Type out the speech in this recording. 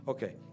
Okay